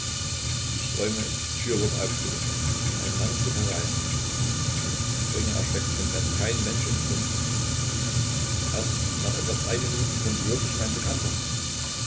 ich träume die tür wird aufgerissen ein mann tritt herein ich springe erschreckt vom bett kein mensch im zimmer erst nach etwa drei minuten kommt wirklich mein bekannter